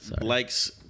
likes